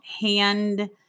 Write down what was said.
hand